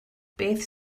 beth